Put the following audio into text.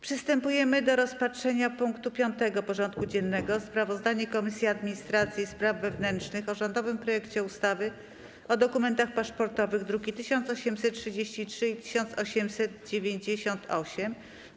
Przystępujemy do rozpatrzenia punktu 5. porządku dziennego: Sprawozdanie Komisji Administracji i Spraw Wewnętrznych o rządowym projekcie ustawy o dokumentach paszportowych (druki nr 1833 i 1898)